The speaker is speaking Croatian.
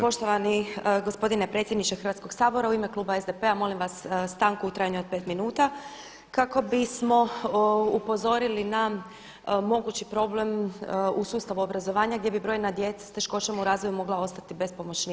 Poštovani gospodine predsjedniče Hrvatskog sabora u ime kluba SDP-a molim vas stanku u trajanju od 5 minuta kako bismo upozorili na mogući problem u sustavu obrazovanja gdje bi brojna djeca s teškoćama u razvoju mogla ostati bez pomoćnika u nastavi.